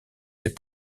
ses